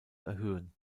erhöhen